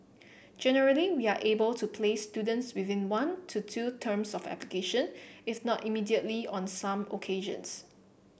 generally we are able to place students within one to two terms of application it's not immediately on some occasions